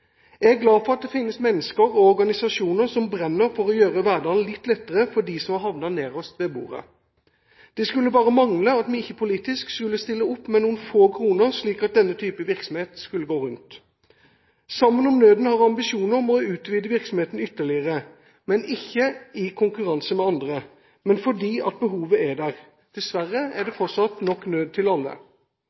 Jeg er glad for at det finnes mennesker og organisasjoner som brenner for å gjøre hverdagen litt lettere for dem som er havnet nederst ved bordet. Det skulle bare mangle at vi ikke skulle stille opp politisk med noen få kroner, slik at denne type virksomhet kan gå rundt. «Sammen om nøden» har ambisjoner om å utvide virksomheten ytterligere – ikke i konkurranse med andre, men fordi behovet er det. Dessverre er det fortsatt nok nød til